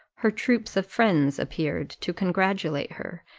her troops of friends appeared to congratulate her,